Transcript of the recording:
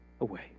away